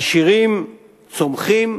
העשירים צומחים,